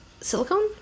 silicone